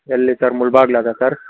ಎಲ್ಲಿ ಸರ್ ಮುಳಬಾಗ್ಲಾಗ ಸರ್